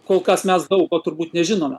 kol kas mes daug ko turbūt nežinome